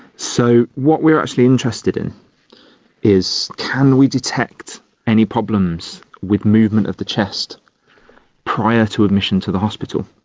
so what we are actually interested in is can we detect any problems with movement of the chest prior to admission to the hospital.